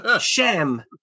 sham